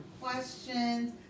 questions